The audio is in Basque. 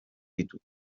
ditu